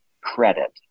credit